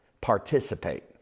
participate